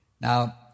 Now